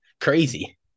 crazy